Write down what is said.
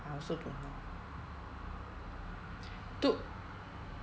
I also don't know to~